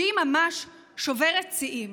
שהיא ממש שוברת שיאים.